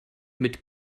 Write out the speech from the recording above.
mit